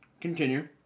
Continue